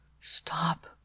Stop